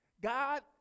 God